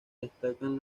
destacan